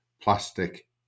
plastic